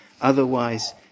otherwise